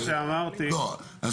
לא, אנחנו עושים בירור.